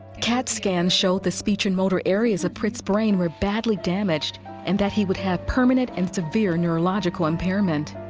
cat scans showed the speech and motor areas of prit's brain were badly damaged and that he would have permanent and severe neurological impairment.